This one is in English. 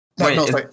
wait